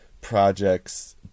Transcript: projects